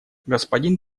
господин